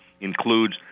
includes